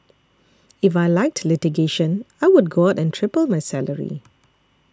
if I liked litigation I would go out and triple my salary